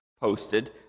posted